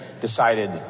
decided